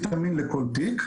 מתאמפטמין, שימו לב, לכל תיק.